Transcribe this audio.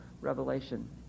revelation